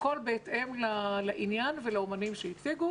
הכול בהתאם לעניין ולאומנים שהציגו